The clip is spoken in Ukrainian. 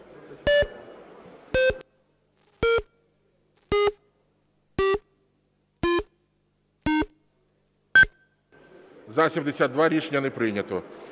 За-96 Рішення не прийнято.